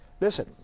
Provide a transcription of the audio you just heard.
Listen